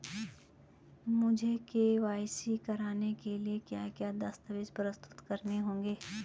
मुझे के.वाई.सी कराने के लिए क्या क्या दस्तावेज़ प्रस्तुत करने होंगे?